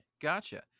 Gotcha